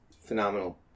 phenomenal